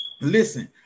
Listen